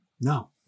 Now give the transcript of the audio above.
no